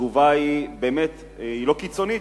התגובה היא לא קיצונית,